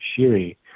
Shiri